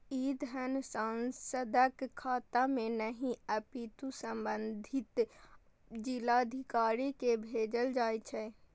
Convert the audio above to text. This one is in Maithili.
ई धन सांसदक खाता मे नहि, अपितु संबंधित जिलाधिकारी कें भेजल जाइ छै